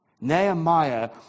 Nehemiah